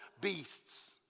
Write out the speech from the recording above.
beasts